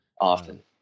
often